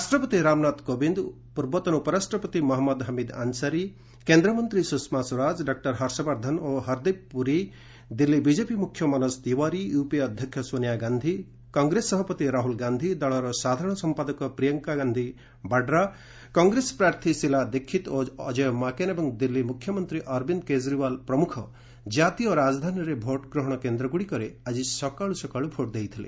ରାଷ୍ଟ୍ରପତି ରାମନାଥ କୋବିନ୍ଦ୍ ପୂର୍ବତନ ଉପରାଷ୍ଟ୍ରପତି ମହମ୍ମଦ ହମିଦ୍ ଆନ୍ସାରୀ କେନ୍ଦ୍ରମନ୍ତ୍ରୀ ସ୍ୱଷମା ସ୍ୱରାଜ ଡକ୍କର ହର୍ଷବର୍ଦ୍ଧନ ଓ ହର୍ଦୀପ୍ ପୁରୀ ଦିଲ୍ଲୀ ବିଜେପି ମୁଖ୍ୟ ମନୋଜ ତିୱାରୀ ୟୁପିଏ ଅଧ୍ୟକ୍ଷ ସୋନିଆ ଗାନ୍ଧି କଂଗ୍ରେସ ସଭାପତି ରାହୁଲ୍ ଗାନ୍ଧି ଦଳର ସାଧାରଣ ସମ୍ପାଦକ ପ୍ରିୟଙ୍କା ଗାନ୍ଧି ବାଡ୍ରା କଂଗ୍ରେସ ପ୍ରାର୍ଥୀ ଶିଲା ଦୀକ୍ଷିତ୍ ଓ ଅକୟ ମାକନ୍ ଏବଂ ଦିଲ୍ଲୀ ମୁଖ୍ୟମନ୍ତ୍ରୀ ଅରବିନ୍ଦ୍ କେଜରିଓ୍ବାଲ୍ ପ୍ରମୁଖ ଜାତୀୟ ରାଜଧାନୀରେ ଭୋଟ୍ଗ୍ରହଣ କେନ୍ଦ୍ରଗୁଡ଼ିକରେ ଆଜି ସକାଳ ସକାଳ ଭୋଟ୍ ଦେଇଥିଲେ